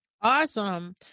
Awesome